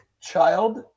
child